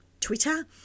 Twitter